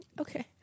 Okay